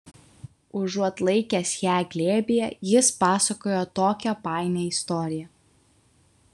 užuot laikęs ją glėbyje jis pasakojo tokią painią istoriją